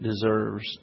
deserves